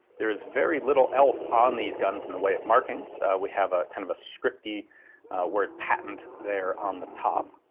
there is very little else on these guns in the way of markings. we have a kind of a scriptey word patent there on the top.